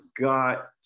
got